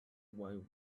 while